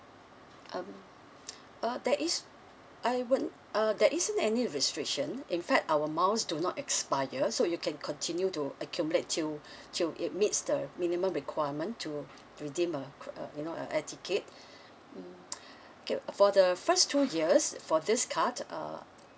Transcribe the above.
um uh there is I won't uh there isn't any restriction in fact our miles do not expire so you can continue to accumulate till till it meets the minimum requirement to redeem a uh you know a air ticket mm K for the first two years for this card uh